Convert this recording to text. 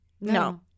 no